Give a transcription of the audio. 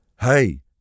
Hey